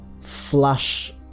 flash